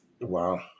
Wow